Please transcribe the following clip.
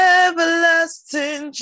everlasting